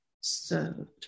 served